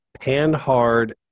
Panhard